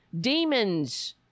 demons